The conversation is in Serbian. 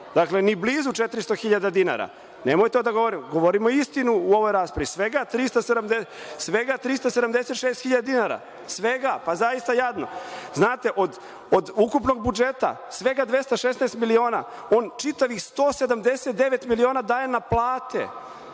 Dakle, ni blizu 400 hiljada dinara. Nemojte to da govorimo. Govorimo istinu u ovoj raspravi. Svega 376 hiljada dinara, svega, pa zaista jadno. Znate, od ukupnog budžeta, svega 216 miliona, on čitavih 179 miliona daje na plate.